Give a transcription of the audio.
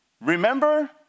Remember